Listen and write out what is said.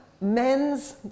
Men's